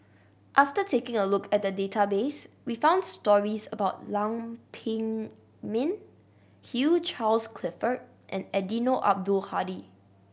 after taking a look at the database we found stories about Lam Pin Min Hugh Charles Clifford and Eddino Abdul Hadi